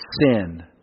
sin